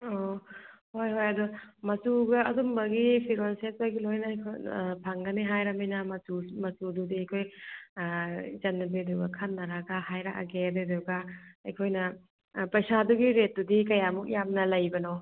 ꯑꯣ ꯍꯣꯏ ꯍꯣꯏ ꯑꯗꯨ ꯃꯆꯨꯒ ꯑꯗꯨꯒꯨꯝꯕꯒꯤ ꯐꯤꯔꯣꯜ ꯁꯦꯠꯄꯒꯤ ꯂꯣꯏꯅ ꯑꯩꯈꯣꯏ ꯐꯪꯒꯅꯤ ꯍꯥꯏꯔꯕꯅꯤꯅ ꯃꯆꯨ ꯃꯆꯨꯗꯨꯗꯤ ꯑꯩꯈꯣꯏ ꯏꯆꯟ ꯅꯨꯄꯤꯗꯨꯒ ꯈꯟꯅꯔꯒ ꯍꯥꯏꯔꯛꯑꯒꯦ ꯑꯗꯨꯗꯨꯒ ꯑꯩꯈꯣꯏꯅ ꯄꯩꯁꯥꯗꯨꯒꯤ ꯔꯦꯠꯇꯨꯗꯤ ꯀꯌꯥꯃꯨꯛ ꯌꯥꯝꯅ ꯂꯩꯕꯅꯣ